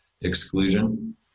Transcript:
exclusion